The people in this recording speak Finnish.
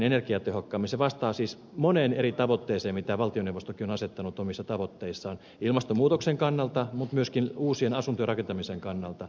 se vastaa siis moneen eri tavoitteeseen joita valtioneuvostokin on asettanut omissa tavoitteissaan ilmastonmuutoksen kannalta mutta myöskin uusien asuntojen rakentamisen kannalta